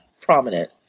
prominent